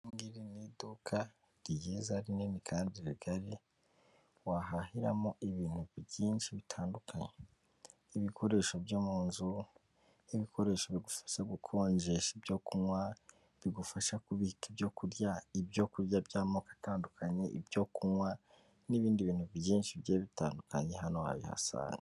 Iri ngiri ni iduka ryiza rinini kandi rigari, wahahiramo ibintu byinshi bitandukanye, ibikoresho byo mu nzu, ibikoresho bigufasha gukonjesha ibyo kunywa, bigufasha kubika ibyo kurya, ibyo kurya by'amoko atandukanye, ibyo kunywa n'ibindi bintu byinshi bigiye bitandukanye hano habihasanga.